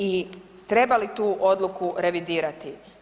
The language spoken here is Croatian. I treba li tu odluku revidirati?